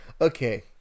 Okay